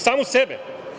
Samu sebe?